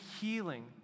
healing